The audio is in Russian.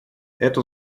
эту